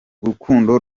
urukundo